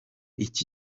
iki